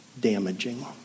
damaging